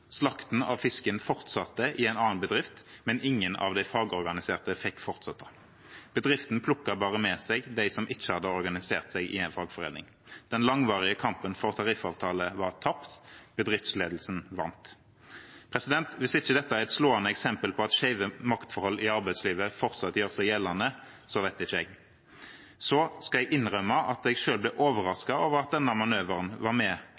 Slakten av fisken fortsatte i en annen bedrift, men ingen av de fagorganiserte fikk fortsette. Bedriften plukket med seg bare dem som ikke hadde organisert seg i en fagforening. Den langvarige kampen for tariffavtale var tapt – bedriftsledelsen vant. Hvis ikke dette er et slående eksempel på at skjeve maktforhold i arbeidslivet fortsatt gjør seg gjeldende, vet ikke jeg. Jeg skal innrømme at jeg selv ble overrasket over at denne manøveren med